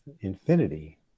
infinity